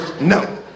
No